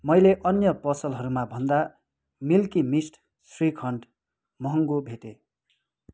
मैले अन्य पसलहरूमा भन्दा मिल्की मिस्ट श्रीखण्ड महँगो भेटेँ